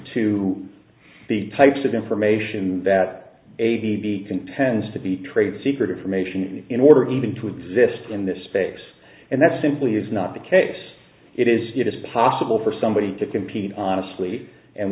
to the types of information that he contends to be trade secret information in order even to exist in this space and that simply is not the case it is possible for somebody to compete honestly and